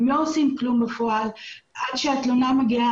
הם לא עושים כלום בפועל ועד שהתלונה מגיעה